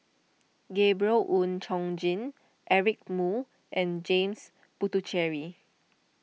Gabriel Oon Chong Jin Eric Moo and James Puthucheary